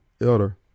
elder